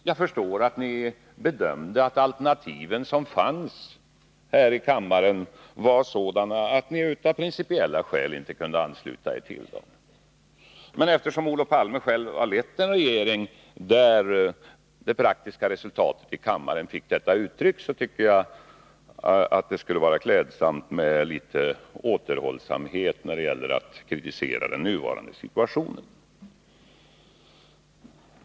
Jag förstår att ni bedömde att de alternativ som fanns här i kammaren var sådana att ni av principiella skäl inte kunde ansluta er till dem. Eftersom Olof Palme själv har lett en regering som i det praktiska arbetet fick ta hänsyn till sådana förhållanden i kammaren, skulle det vara klädsamt med litet återhållsamhet i kritiken av den nuvarande situationen.